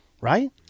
right